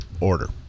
order